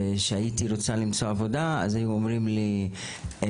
וכשהייתי רוצה למצוא עבודה אז היו אומרים לי לא,